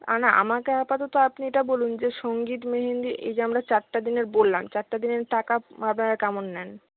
না আমাকে আপাতত আপনি এটা বলুন যে সঙ্গীত মেহেন্দি এই যে আমরা চারটে দিনের বললাম চারটে দিনের টাকা আপনারা কেমন নেন